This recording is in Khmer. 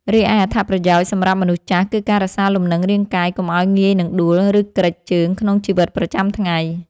រីឯអត្ថប្រយោជន៍សម្រាប់មនុស្សចាស់ គឺការរក្សាលំនឹងរាងកាយកុំឱ្យងាយនឹងដួល ឬគ្រេចជើងក្នុងជីវិតប្រចាំថ្ងៃ។